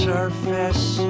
Surface